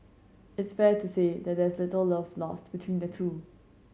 it's fair to say that there's little love lost between the two